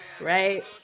Right